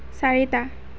চাৰিটা